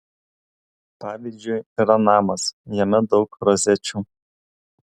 pavyzdžiui yra namas jame daug rozečių